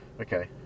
Okay